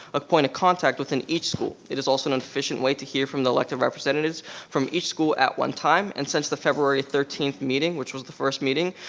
a point of contact within each school. it is also an efficient way to hear from the elected representatives from each school at one time. and since the february thirteenth meeting, which was the first meeting,